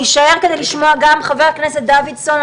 גם חבר הכנסת דוידסון.